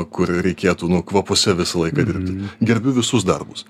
kur reikėtų nu kvapuose visą laiką dirbti gerbiu visus darbus